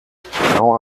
now